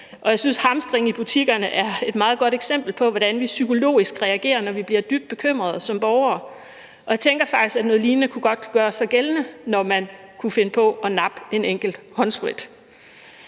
Jeg synes, hamstring i butikkerne er et meget godt eksempel på, hvordan vi psykologisk reagerer, når vi bliver dybt bekymrede som borgere, og jeg tænker faktisk, at noget lignende godt kunne gøre sig gældende, når man kunne finde på at nappe en enkelt håndsprit.